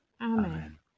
Amen